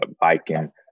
biking